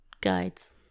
guides